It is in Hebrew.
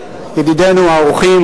ידידינו האורחים,